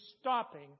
stopping